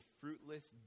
fruitless